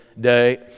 Day